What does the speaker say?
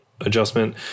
adjustment